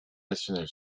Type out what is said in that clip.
nationale